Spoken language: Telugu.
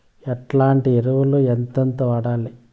ఎట్లాంటి ఎరువులు ఎంతెంత వాడాలి?